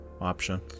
option